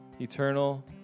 eternal